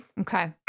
Okay